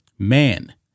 Man